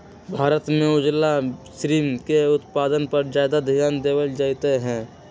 भारत में उजला श्रिम्फ के उत्पादन पर ज्यादा ध्यान देवल जयते हई